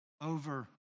Over